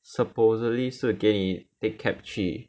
supposedly 是给你 take cab 去